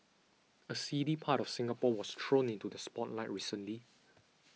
a seedy part of Singapore was thrown into the spotlight recently